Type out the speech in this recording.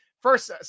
first